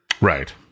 Right